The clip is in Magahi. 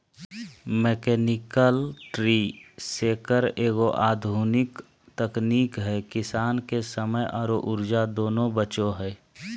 मैकेनिकल ट्री शेकर एगो आधुनिक तकनीक है किसान के समय आरो ऊर्जा दोनों बचो हय